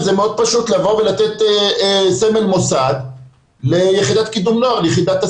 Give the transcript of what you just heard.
זה מאוד פשוט לבוא ולתת סמל מוסד ליחידת קידום נוער "יחידת",